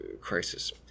crisis